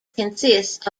consists